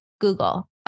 Google